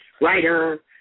writer